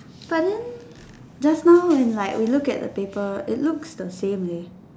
but then just now when we look at the paper it looks the same leh